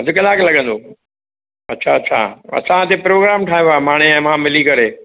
अधु कलाकु लॻंदो अच्छा अच्छा असां हिते प्रोग्राम ठाहियो आहे माणे ऐं मां मिली करे